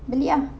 beli ah